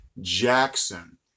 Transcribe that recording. Jackson